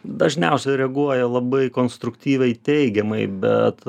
dažniausiai reaguoja labai konstruktyviai teigiamai bet